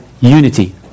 unity